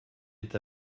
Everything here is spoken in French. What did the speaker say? est